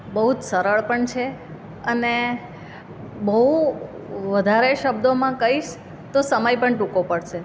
બહુ જ સરળ પણ છે અને બહુ વધારે શબ્દોમાં કહીશ તો સમય પણ ટૂંકો પડશે